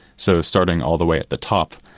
so starting all the way at the top,